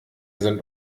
sind